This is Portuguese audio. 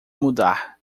mudar